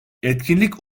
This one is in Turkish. etkinlik